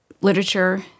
literature